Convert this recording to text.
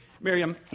Miriam